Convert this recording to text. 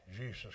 Jesus